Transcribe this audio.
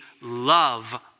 love